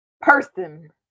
person